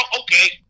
Okay